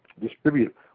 distribute